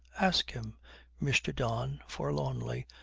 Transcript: ask him mr. don, forlornly,